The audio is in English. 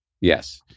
Yes